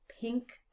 pink